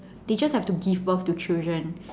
they just have to give birth to children